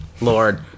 Lord